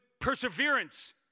perseverance